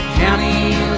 county